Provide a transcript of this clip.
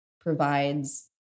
provides